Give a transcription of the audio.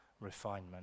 refinement